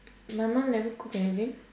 my mum never cook anything